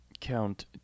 Count